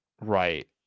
right